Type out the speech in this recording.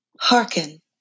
Hearken